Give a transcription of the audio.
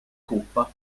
coppa